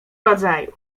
rodzaju